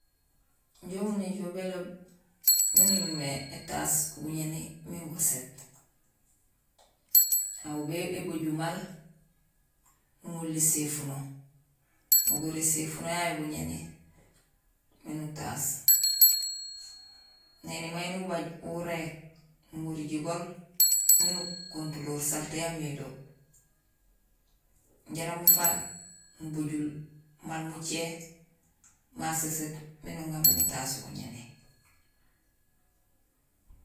Injé umu néjool béloob miin uñumé étaas guñéni miin guséét, aw bébajul maal, nuŋorul éséfuno, nugoor séfuno yayu guñéni miin utaas. Néni may nubay uwuréék, nuŋorul jigol miin ukontuloor salté yaamé do jaraam ufaak nubajul maal mucé ma séséét miin uŋaar miin utaas guñéni